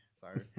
sorry